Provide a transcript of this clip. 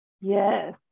Yes